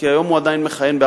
כי הוא עדיין מכהן היום,